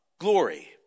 glory